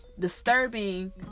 disturbing